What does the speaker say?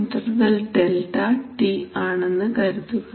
time interval Δ T delta T ആണെന്ന് കരുതുക